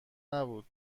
نبود